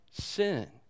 sin